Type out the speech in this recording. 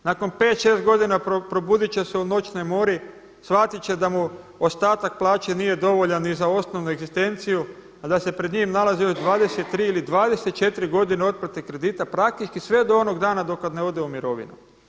Nakon 5, 6 godina probudit će se u noćnoj mori, shvatit će da mu ostatak plaće nije dovoljan ni za osnovnu egzistenciju, a da se pred njim nalazi još 23 ili 24 godine otplate kredita praktički sve do onog dana do kad ne ode u mirovinu.